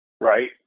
right